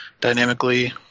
dynamically